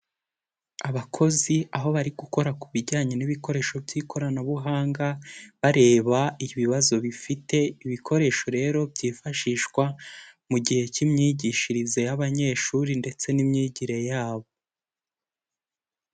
Abakozi, aho bari gukora ku bijyanye n'ibikoresho by'ikoranabuhanga, bareba ibibazo bifite, ibikoresho rero byifashishwa mu gihe cy'imyigishirize y'abanyeshuri ndetse n'imyigire yabo.